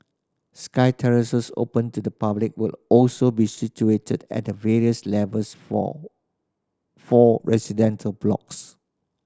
sky terraces open to the public will also be situated at the various levels for four residential blocks